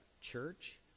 church